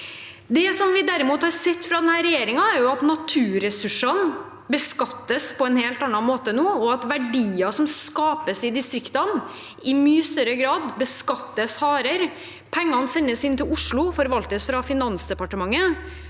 Det vi derimot har sett fra denne regjeringen, er at naturressursene beskattes på en helt annen måte nå, og at verdier som skapes i distriktene, i mye større grad beskattes hardere. Pengene sendes inn til Oslo, forvaltes av Finansdepartementet,